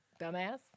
dumbass